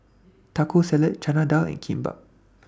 Taco Salad Chana Dal and Kimbap